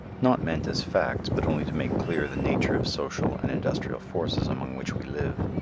not meant as facts but only to make clear the nature of social and industrial forces among which we live.